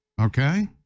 okay